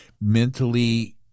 mentally